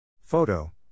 Photo